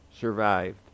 survived